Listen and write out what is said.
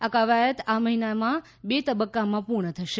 આ કવાયક આ મહિનામાં બે તબક્કામાં પૂર્ણ થશે